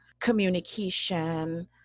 communication